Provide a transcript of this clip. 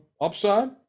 upside